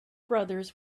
brothers